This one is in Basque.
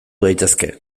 daitezke